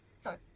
sorry